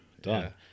Done